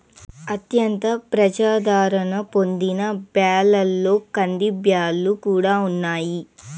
అత్యంత ప్రజాధారణ పొందిన బ్యాళ్ళలో కందిబ్యాల్లు కూడా ఉన్నాయి